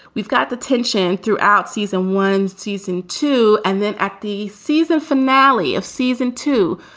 we've got the tension throughout season one, season two and then at the season finale of season two,